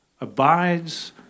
abides